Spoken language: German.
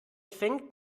fängt